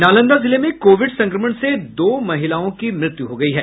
नालंदा जिले में कोविड संक्रमण से दो महिलाओं की मृत्यु हो गयी है